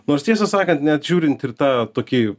nors tiesą sakant net žiūrint ir tą tokį